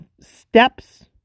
steps